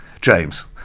James